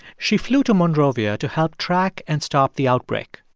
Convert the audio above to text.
she flew to monrovia to help track and stop the outbreak.